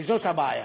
וזאת הבעיה.